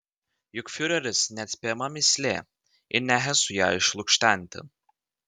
juk fiureris neatspėjama mįslė ir ne hesui ją išlukštenti